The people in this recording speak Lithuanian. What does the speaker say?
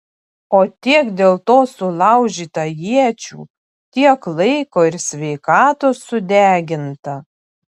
o tiek dėl to sulaužyta iečių tiek laiko ir sveikatos sudeginta